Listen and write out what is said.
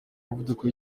muvuduko